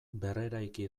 berreraiki